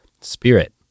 Spirit